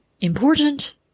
important